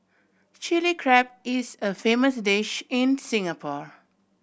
Chilli Crab is a famous dish in Singapore